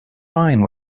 fine